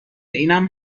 اینم